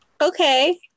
Okay